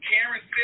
Karen